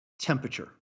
temperature